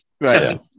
Right